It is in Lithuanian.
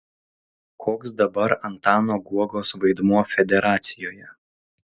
koks dabar antano guogos vaidmuo federacijoje